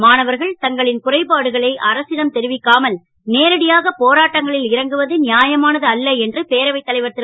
மாணவர்கள் தங்களின் குறைகளை அரசிடம் தெரிவிக்காமல் நேரடியாக போராட்டங்களில் இறங்குவது யாயமானது அல்ல என்று பேரவைத் தலைவர் ரு